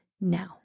now